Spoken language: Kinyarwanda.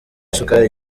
isukari